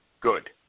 good